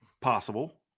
possible